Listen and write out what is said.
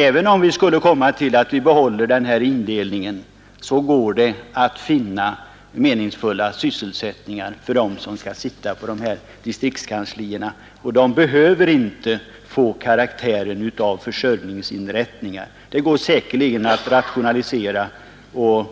Även om vi skulle komma att behålla den nuvarande distriktsindelningen, går det att finna meningsfulla sysselsättningar för dem som skall sitta på distriktskanslierna. Dessa behöver inte få karaktären av försörjningsinrättningar. Det går säkerligen att rationalisera och